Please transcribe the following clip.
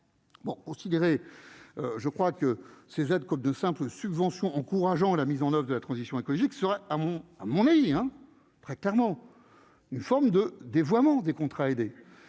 Bon, je crois que ces aides comme de simples subventions encourageant la mise en oeuvre et la transition écologique serait à mon à mon avis un très clairement une forme de dévoiement des contrats aidés